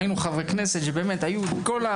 בסוף,